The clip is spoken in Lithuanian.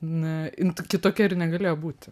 n jin kitokia ir negalėjo būti